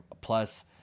plus